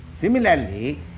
Similarly